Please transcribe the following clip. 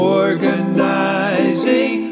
organizing